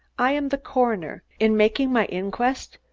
i am the coroner. in making my inquest,